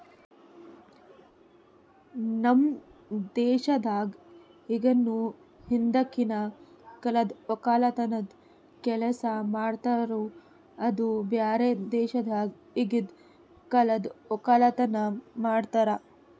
ನಮ್ ದೇಶದಾಗ್ ಇಗನು ಹಿಂದಕಿನ ಕಾಲದ್ ಒಕ್ಕಲತನದ್ ಕೆಲಸ ಮಾಡ್ತಾರ್ ಆದುರ್ ಬ್ಯಾರೆ ದೇಶದಾಗ್ ಈಗಿಂದ್ ಕಾಲದ್ ಒಕ್ಕಲತನ ಮಾಡ್ತಾರ್